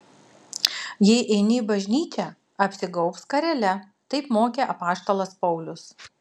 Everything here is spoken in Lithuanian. jei eini į bažnyčią apsigaubk skarele taip mokė apaštalas paulius